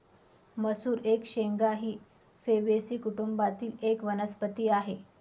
मसूर एक शेंगा ही फेबेसी कुटुंबातील एक वनस्पती आहे